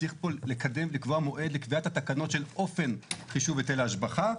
צריך לקבוע מועד לקביעת התקנות של אופן חישוב היטל ההשבחה.